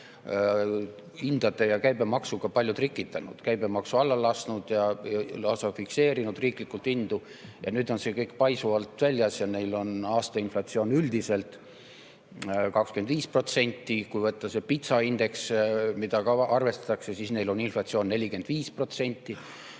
hindade ja käibemaksuga palju trikitanud: käibemaksu alla lasknud ja lausa fikseerinud riiklikult hindu. Ja nüüd on see kõik paisu alt väljas ja neil on üldiselt aasta inflatsioon 25%. Kui võtta pitsa indeks, mida ka arvestatakse, siis on neil inflatsioon 45%,